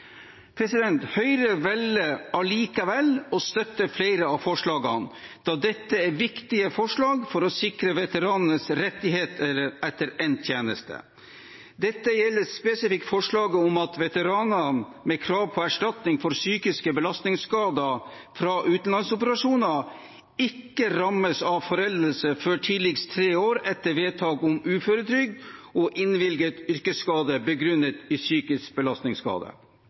Høyre velger likevel å støtte flere av forslagene da dette er viktige forslag for å sikre veteranenes rettigheter etter endt tjeneste. Dette gjelder spesifikt forslaget om at veteranene med krav på erstatning for psykiske belastningsskader fra utenlandsoperasjoner ikke rammes av foreldelse før tidligst tre år etter vedtak om uføretrygd og innvilget yrkesskade begrunnet i psykisk belastningsskade.